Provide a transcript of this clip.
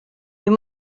you